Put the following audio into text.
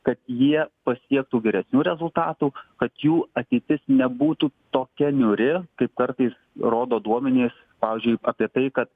kad jie pasiektų geresnių rezultatų kad jų ateitis nebūtų tokia niūri kaip kartais rodo duomenys pavyzdžiui apie tai kad